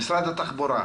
משרד התחבורה,